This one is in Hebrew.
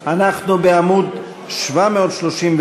אנחנו בעמוד 739,